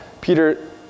Peter